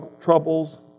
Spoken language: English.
troubles